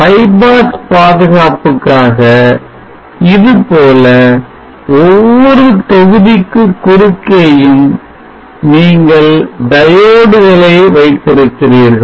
bypass பாதுகாப்புக்காக இதுபோல ஒவ்வொரு தொகுதிக்கு குறுக்கேயும் நீங்கள் diodes வைத்திருக்கிறீர்கள்